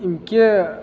इनके